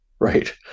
Right